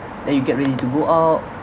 then you get ready to go out